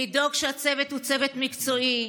לדאוג שהצוות הוא צוות מקצועי,